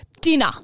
Dinner